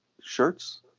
shirts